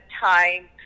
time